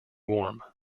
warm